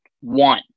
one